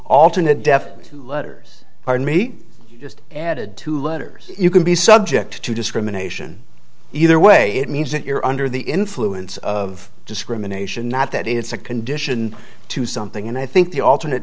alternate def letters are in me just added to letters you can be subject to discrimination either way it means that you're under the influence of discrimination not that it's a condition to something and i think the alternate